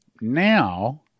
Now